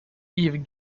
yves